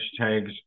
hashtags